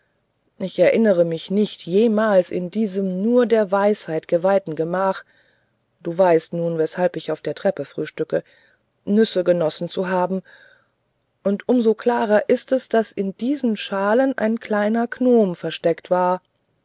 ich erinnere mich nicht jemals in diesem nur der wissenschaft geweihten gemach du weißt nun weshalb ich auf der treppe frühstücke nüsse genossen zu haben und um so klarer ist es daß in diesen schalen ein kleiner gnome versteckt war